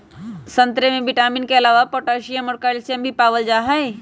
संतरे में विटामिन के अलावे पोटासियम आ कैल्सियम भी पाएल जाई छई